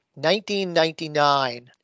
1999